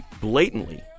blatantly